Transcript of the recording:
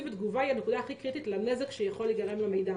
ותגובה היא הנקודה הכי קריטית לנזק שיכול להיגרם למידע.